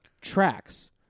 tracks